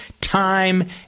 time